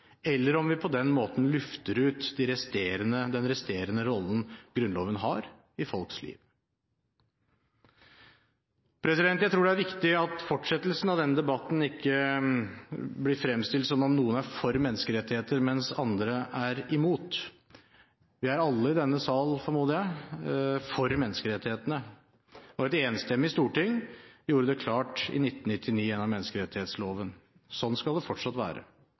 eller om vi på den måten lufter ut den resterende rollen Grunnloven har i folks liv. Jeg tror det er viktig at fortsettelsen av denne debatten ikke blir fremstilt som om noen er for menneskerettigheter, mens andre er imot. Vi er alle i denne sal, formoder jeg, for menneskerettighetene – et enstemmig storting gjorde det klart i 1999 gjennom menneskerettighetsloven. Sånn skal det fortsatt være.